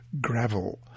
gravel